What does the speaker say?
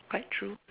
quite true